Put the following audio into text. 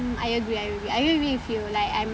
I agree I agree I agree with you like I'm